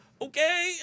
okay